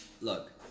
look